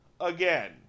again